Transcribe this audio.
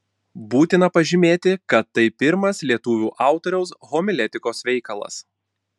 būtina pažymėti kad tai pirmas lietuvio autoriaus homiletikos veikalas